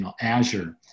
Azure